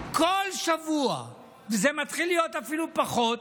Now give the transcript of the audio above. כל שבוע, וזה מתחיל להיות אפילו פחות,